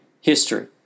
history